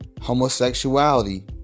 homosexuality